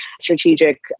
strategic